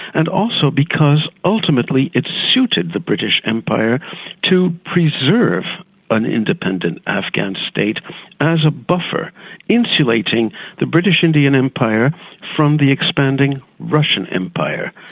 and also because ultimately it suited the british empire to preserve an independent afghan state as a buffer insulating the british indian empire from the expanding russian empire.